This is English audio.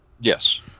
Yes